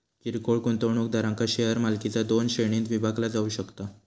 किरकोळ गुंतवणूकदारांक शेअर मालकीचा दोन श्रेणींत विभागला जाऊ शकता